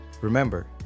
Remember